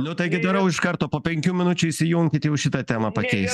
nu taigi darau iš karto po penkių minučių įsijunkit jau šitą temą pakeis